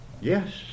Yes